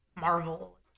Marvel